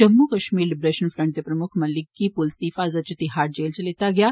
Jammu Kashmir liberation front दे प्रमुक्ख मलिक गी पुलस दी हिफाजत च तिहाड़ जेल च लैता गेआ